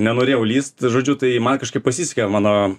nenorėjau lįst žodžiu tai man kažkaip pasisekė mano